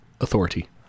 authority